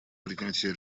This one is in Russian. принятия